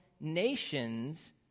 nations